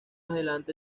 adelante